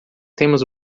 temos